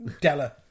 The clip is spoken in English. Della